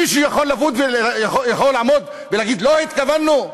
מישהו יכול לעמוד ולהגיד: לא התכוונו?